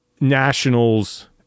nationals